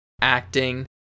acting